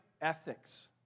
ethics